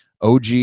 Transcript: OG